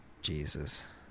Jesus